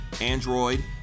Android